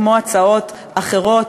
כמו הצעות אחרות,